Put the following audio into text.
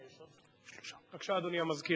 בבקשה, אדוני המזכיר.